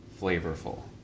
flavorful